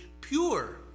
pure